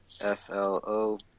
F-L-O